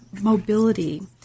mobility